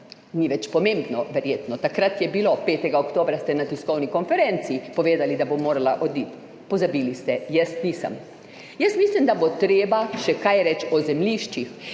Ni več pomembno, verjetno, takrat je bilo, 5. oktobra, ste na tiskovni konferenci povedali, da bo morala oditi. Pozabili ste, jaz nisem. Jaz mislim, da bo treba še kaj reči o zemljiščih.